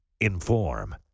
inform